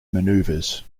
manoeuvres